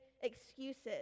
excuses